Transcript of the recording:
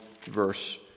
verse